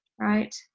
right